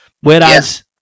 Whereas